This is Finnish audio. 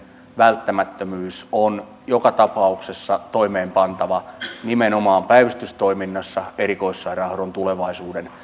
välttämättömyys on joka tapauksessa toimeenpantava nimenomaan päivystystoiminnassa erikoissairaanhoidon tulevaisuuden